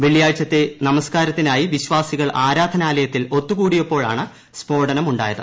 വെള്ളിയാഴ്ചത്തെ നമസ്കാരത്തിനായി വിശ്വാസികൾ ആരാധനാലയത്തിൽ ഒത്തുകൂടിയപ്പോഴാണ് സ്ഫോടനമുണ്ടായത്